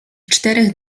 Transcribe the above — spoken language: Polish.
czterech